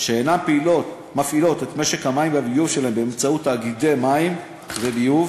שאינן מפעילות את משק המים והביוב שלהן באמצעות תאגידי מים וביוב